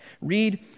Read